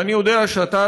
ואני יודע שאתה,